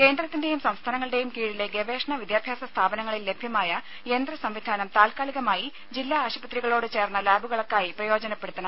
കേന്ദ്രത്തിന്റെയും സംസ്ഥാനങ്ങളുടെയും കീഴിലെ ഗവേഷണ വിദ്യാഭ്യാസ സ്ഥാപനങ്ങളിൽ ലഭ്യമായ യന്ത്രസംവിധാനം താൽക്കാലികമായി ജില്ലാ ആശുപത്രികളോട് ചേർന്ന ലാബുകൾക്കായി പ്രയോജനപ്പെടുത്തണം